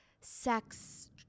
sex